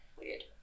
Weird